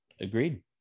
Agreed